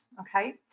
okay